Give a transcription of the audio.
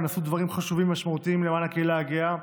ונעשו דברים חשובים ומשמעותיים למען הקהילה הגאה.